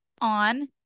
on